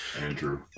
Andrew